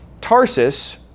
Tarsus